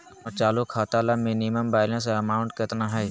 हमर चालू खाता ला मिनिमम बैलेंस अमाउंट केतना हइ?